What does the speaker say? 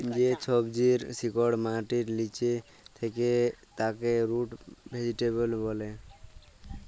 যে সবজির শিকড় মাটির লিচে থাক্যে তাকে রুট ভেজিটেবল ব্যলে